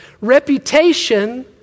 Reputation